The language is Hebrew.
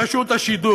זאת רשות השידור,